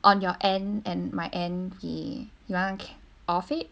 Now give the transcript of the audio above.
on your end and my end we you want to off it